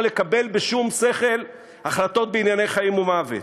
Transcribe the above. לקבל בשום שכל החלטות בענייני חיים ומוות.